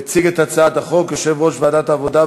יציג את הצעת החוק יושב-ראש ועדת העבודה,